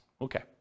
Okay